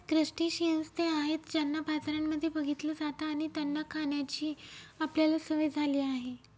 crustaceans ते आहेत ज्यांना बाजारांमध्ये बघितलं जात आणि त्यांना खाण्याची आपल्याला सवय झाली आहे